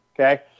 Okay